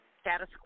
status